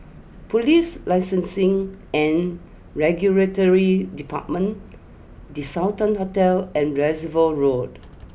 police Licensing and Regulatory Department the Sultan Hotel and Reservoir Road